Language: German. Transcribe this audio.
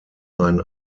ein